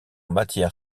matière